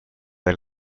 del